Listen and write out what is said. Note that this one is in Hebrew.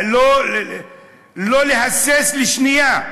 לא להסס לשנייה,